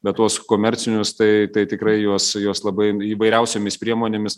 bet tuos komercinius tai tai tikrai juos juos labai įvairiausiomis priemonėmis